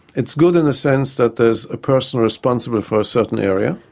it's good in the sense that there is a person responsible for a certain area,